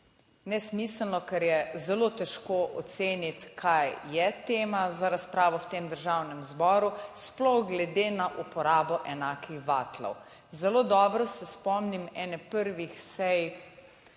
Nesmiselno, ker je zelo težko oceniti, kaj je tema za razpravo v tem Državnem zboru, sploh glede na uporabo enakih vatlov. Zelo dobro se spomnim ene prvih sej